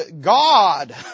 God